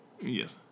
Yes